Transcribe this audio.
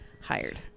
Hired